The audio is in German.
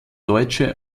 deutsche